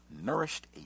nourished